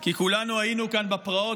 את פרופ'